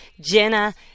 jenna